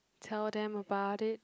tell them about it